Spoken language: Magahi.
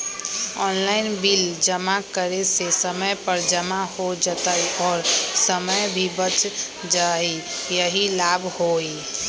ऑनलाइन बिल जमा करे से समय पर जमा हो जतई और समय भी बच जाहई यही लाभ होहई?